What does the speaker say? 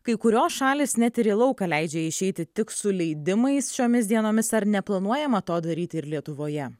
kai kurios šalys net ir į lauką leidžia išeiti tik su leidimais šiomis dienomis ar neplanuojama to daryti ir lietuvoje